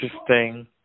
interesting